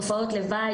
תופעות לוואי,